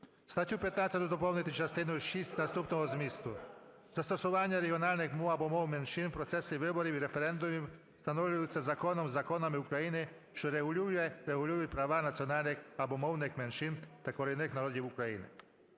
Статтю 15 доповнити частиною 6 наступного змісту: "Застосування регіональних мов або мов меншин в процесі виборів і референдумів встановлюються законом (законами) України, що регулює (регулюють) права національних або мовних меншин та корінних народів України".